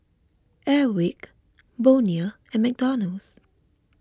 Airwick Bonia and McDonald's